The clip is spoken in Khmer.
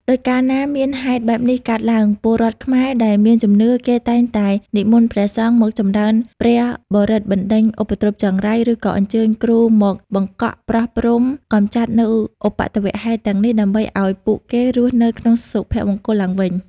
ដោយកាលណាមានហេតុបែបនេះកើតឡើង ពលរដ្ឋខ្មែរដែលមានជំនឿ គេតែងតែនិមន្តព្រះសង្ឃមកចំរើនព្រះបរិត្តបណ្ដេញឧបទ្រពចង្រៃ ឬក៏អញ្ជើញគ្រូមកបង្កក់ ប្រោះព្រំ កំចាត់នូវឧបទ្ទវហេតុទាំងនេះ ដើម្បីឱ្យពួកគេរស់នៅក្នុងសុភមង្គលឡើងវិញ ។